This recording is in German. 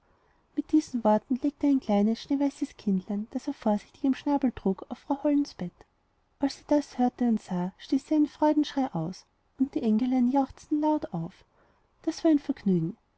mit diesen worten legte er ein kleines schneeweißes kindlein das er vorsichtig im schnabel trug auf frau hollens bett als sie das hörte und sah stieß sie einen freudenschrei aus und die engelein jauchzten laut auf das war ein vergnügen